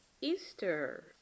Easter